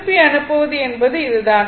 திருப்பி அனுப்புவது என்பது இதுதான்